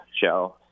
show